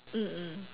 mm mm